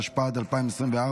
התשפ"ד 2024,